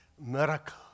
miracle